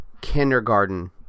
Kindergarten